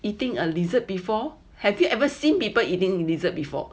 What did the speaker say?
eating a lizard before have you ever seen people eating lizard before